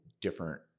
different